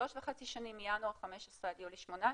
שלוש וחצי שנים, מינואר 15' עד יולי 18',